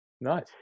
Nice